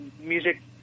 music